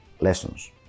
lessons